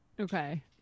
okay